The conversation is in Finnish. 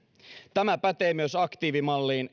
tämä pätee myös aktiivimalliin